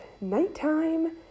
nighttime